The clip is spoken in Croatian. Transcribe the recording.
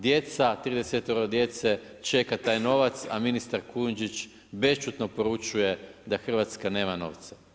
Djeca, 30-toro djece čeka taj novac, a ministar Kujundžić bešćutno poručuje da Hrvatska nema novce.